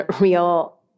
real